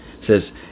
says